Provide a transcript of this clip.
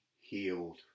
healed